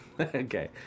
Okay